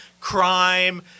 crime